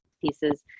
pieces